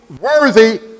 worthy